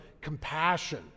compassion